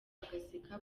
bagaseka